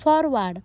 forward